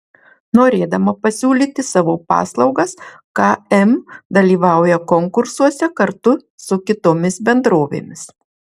norėdama pasiūlyti savo paslaugas km dalyvauja konkursuose kartu su kitomis bendrovėmis